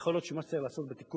יכול להיות שמה שצריך לעשות בתיקון